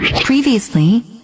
Previously